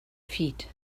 feet